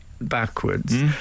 backwards